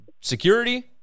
Security